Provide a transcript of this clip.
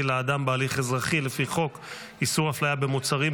לאדם בהליך אזרחי לפי חוק איסור הפליה במוצרים,